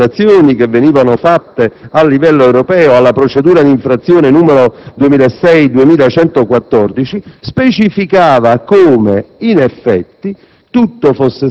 alle contestazioni che venivano fatte a livello europeo alla procedura d'infrazione n. 2006/2114, specificava come in effetti